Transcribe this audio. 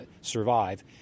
survive